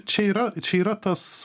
čia yra čia yra tas